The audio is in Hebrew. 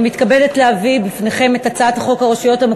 אני מודיע כבר שלהצעת החוק אין הסתייגויות,